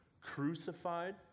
Crucified